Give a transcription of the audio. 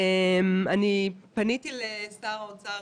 אני פניתי לשר האוצר,